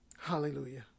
Hallelujah